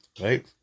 Right